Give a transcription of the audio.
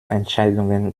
entscheidungen